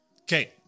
Okay